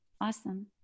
awesome